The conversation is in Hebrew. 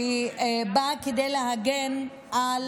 ובאה להגן על